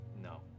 No